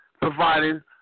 providing